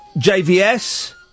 jvs